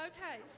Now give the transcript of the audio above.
Okay